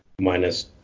Minus